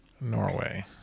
Norway